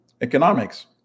economics